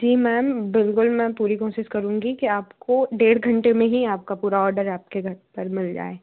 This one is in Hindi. जी मैम बिल्कुल मैम पूरी कोशिश करूँगी कि आपको डेढ़ घंटे में ही आपका पूरा ऑर्डर आपके घर पर मिल जाए